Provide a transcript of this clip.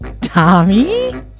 Tommy